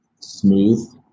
smooth